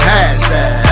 Hashtag